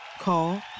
Call